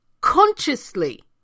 consciously